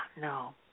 No